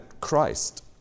christ